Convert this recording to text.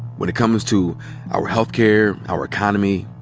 when it comes to our healthcare, our economy,